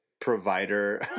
provider